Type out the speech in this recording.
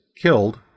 killed